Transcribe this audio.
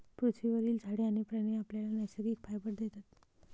पृथ्वीवरील झाडे आणि प्राणी आपल्याला नैसर्गिक फायबर देतात